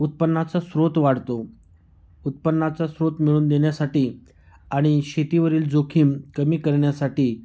उत्पन्नाचा स्रोत वाढतो उत्पन्नाचा स्रोत मिळून देण्यासाठी आणि शेतीवरील जोखीम कमी करण्यासाठी